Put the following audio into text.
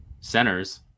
centers